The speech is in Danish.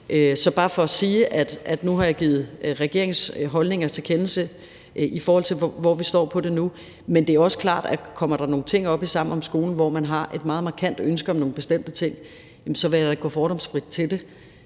er bare for at sige, at nu har jeg givet regeringens holdninger til kende, i forhold til hvor vi står i forhold til det nu. Men det er også klart, at kommer der nogle ting op i Sammen om skolen, hvor man har et meget markant ønske om nogle bestemte ting, så vil jeg gå fordomsfrit til det.